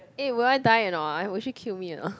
eh will I die or not ah will she kill me or not